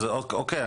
אז אוקי.